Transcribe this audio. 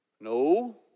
No